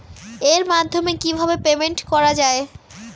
এর মাধ্যমে কিভাবে পেমেন্ট করা য়ায়?